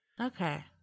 Okay